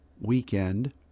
weekend